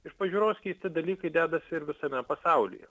iš pažiūros keisti dalykai dedasi ir visame pasaulyje